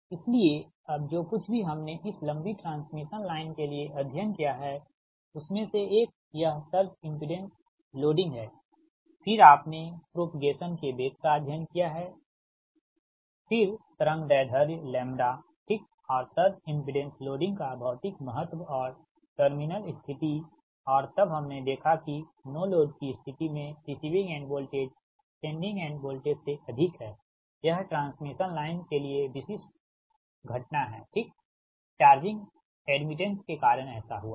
इसलिए अब जो कुछ भी हमने इस लंबी ट्रांसमिशन लाइन के लिए अध्ययन किया है उसमे से एक यह सर्ज इमपिडेंस लोडिंग है फिर आपने प्रोपगेसन के वेग का अध्ययन किया है फिर तरंग दैर्ध्य लैम्ब्डा ठीक और सर्ज इमपिडेंस लोडिंग का भौतिक महत्व और टर्मिनल स्थिति और तब हमने देखा कि नो लोड कि स्थिति में receiving end voltage sending end voltage से अधिक है यह ट्रांसमिशन लाइन के लिए विशिष्ट घटना है ठीक चार्जिंग एड्मिटेंस के कारण ऐसा हुआ है